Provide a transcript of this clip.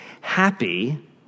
happy